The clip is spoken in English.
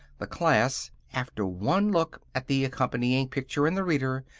the class, after one look at the accompanying picture in the reader,